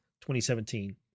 2017